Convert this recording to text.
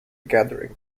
gathering